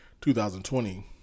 2020